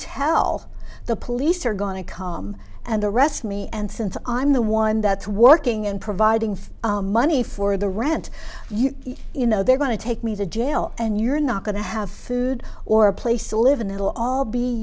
tell the police are going to come and the rest me and since i'm the one that's working and providing for money for the rent you know they're going to take me to jail and you're not going to have food or a place to live in it'll all be